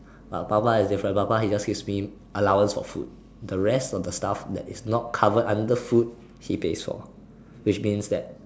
but papa is different papa he just gives me allowance for food the rest of the stuff that is not covered under food he pays for which means that